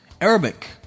Arabic